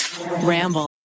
Ramble